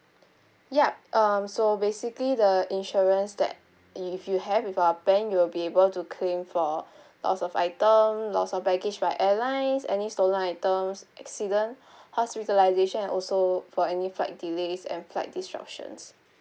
yup um so basically the insurance that if you have with our plan you'll be able to claim for loss of item loss of baggage by airlines any stolen items accident hospitalisation and also for any flight delays and flight disruptions